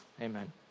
Amen